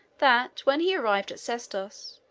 that when he arrived at sestos,